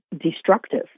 destructive